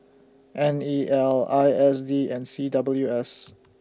N E L I S D and C W S